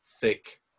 thick